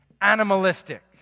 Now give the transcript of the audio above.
animalistic